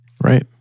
right